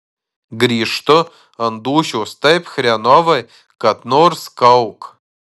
grįžtu ant dūšios taip chrenovai kad nors kauk